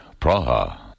Praha